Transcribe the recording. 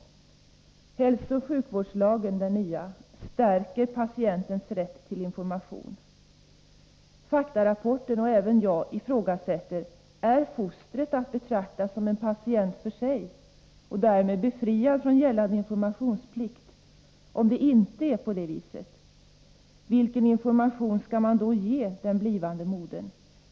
Den nya hälsooch sjukvårdslagen stärker patientens rätt till information. Faktarapporten, och även jag, ifrågasätter om fostret är att betrakta som en patient för sig och därmed befriad från gällande informationsplikt. Om det inte är på det viset, vilken information skall då ges den blivande modern?